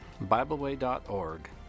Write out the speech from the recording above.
BibleWay.org